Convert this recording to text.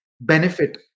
benefit